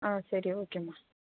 ஆ சரி ஓகேம்மா